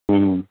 ہوں